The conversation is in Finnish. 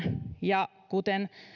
ja kuten täällä